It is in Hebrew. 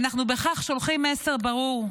אנחנו בכך שולחים מסר ברור: